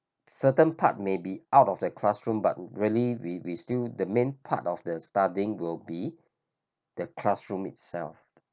certain part may be out of the classroom but really we we still the main part of the studying will be the classroom itself